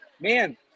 Man